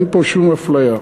אין פה שום אפליה.